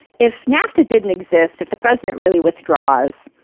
if nafta didn't exist, if the president really withdraws,